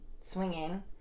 swinging